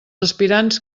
aspirants